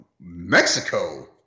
Mexico